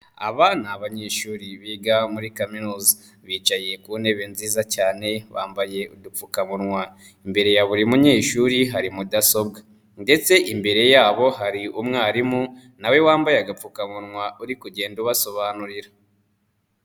Aba ni abanyeshuri biga muri kaminuza. Bicaye ku ntebe nziza cyane bambaye udupfukamunwa. Imbere ya buri munyeshuri hari mudasobwa ndetse imbere yabo hari umwarimu nawe wambaye agapfukamunwa uri kugenda ubasobanurira.